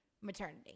maternity